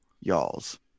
Y'alls